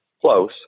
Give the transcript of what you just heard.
close